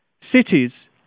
cities